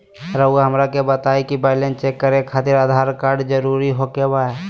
रउआ हमरा के बताए कि बैलेंस चेक खातिर आधार कार्ड जरूर ओके बाय?